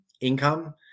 income